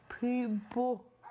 people